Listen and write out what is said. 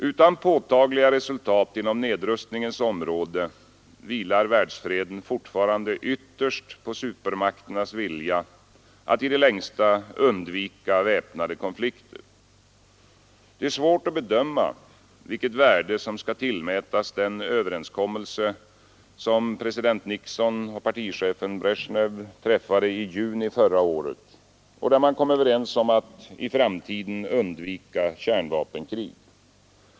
Utan påtagliga resultat inom nedrustningens område vilar världsfreden fortfarande ytterst på supermakternas vilja att i det längsta undvika väpnade konflikter. Det är svårt att bedöma vilket värde som skall tillmätas den överenskommelse som president Nixon och partichefen Brezjnev träffade i juni förra året och där man kom överens om att i framtiden undvika kärnvapenkrig.